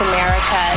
America